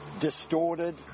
distorted